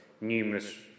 numerous